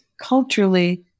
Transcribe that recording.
culturally